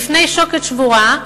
בפני שוקת שבורה,